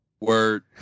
Word